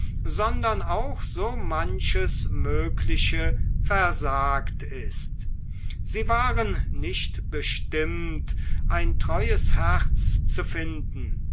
sondern auch so manches mögliche versagt ist sie waren nicht bestimmt ein treues herz zu finden